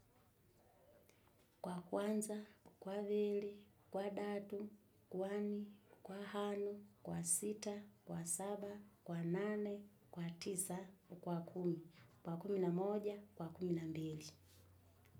Gwakwanza, ukwavir, ukwadatu, ukwani, ukwahano, ukwasita, gwasaba, gwanane, ugwatisa, ugwakumi, ugwakumi namoja, ugwakumi nambili.